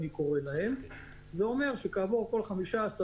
זה אומר שכל 15 מבחנים